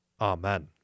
Amen